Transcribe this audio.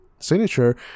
Signature